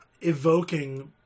evoking